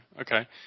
okay